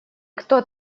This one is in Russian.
кто